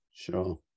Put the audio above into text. Sure